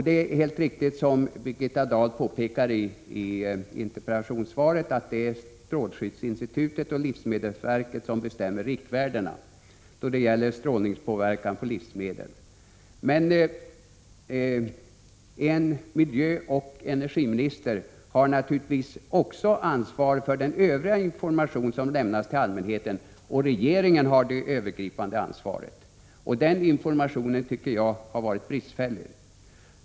Det är alldeles riktigt som Birgitta Dahl påpekar i interpellationssvaret, att det är strålskyddsinstitutet och livsmedelsverket som bestämmer riktvärdena då det gäller strålningspåverkan på livsmedel. Men en miljöoch energiminister har naturligtvis också ansvar för den övriga information som lämnas till allmänheten, och regeringen har det övergripande ansvaret. Den informationen tycker jag har varit bristfällig.